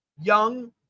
Young